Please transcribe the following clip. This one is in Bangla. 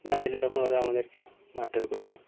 না দিলে তখন ওরা আমাদেরকে মারধোর করবে